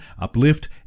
uplift